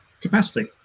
capacity